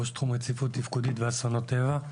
ראש תחום רציפות תפקודית ואסונות טבע.